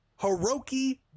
Hiroki